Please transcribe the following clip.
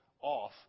off